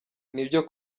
bityo